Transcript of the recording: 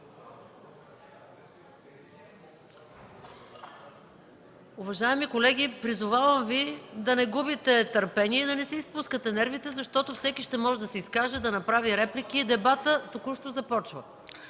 Уважаеми колеги, призовавам Ви да не губите търпение и да не си изпускате нервите, защото всеки ще може да се изкаже, да направи реплики. Дебатът току-що започва.